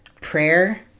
prayer